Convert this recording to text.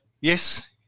yes